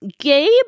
gabe